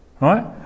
right